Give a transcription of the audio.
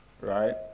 Right